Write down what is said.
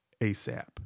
ASAP